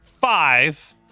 five